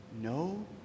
No